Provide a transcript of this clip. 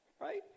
right